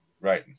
Right